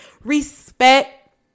respect